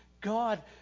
God